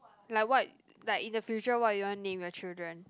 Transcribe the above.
like what like in the future what you want to name your children